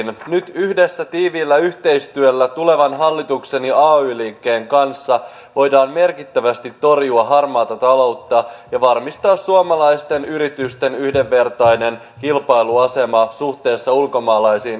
nyt yhdessä tiiviillä yhteistyöllä tulevan hallituksen ja ay liikkeen kanssa voidaan merkittävästi torjua harmaata taloutta ja varmistaa suomalaisten yritysten yhdenvertainen kilpailuasema suhteessa ulkomaisiin yrityksiin